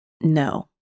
No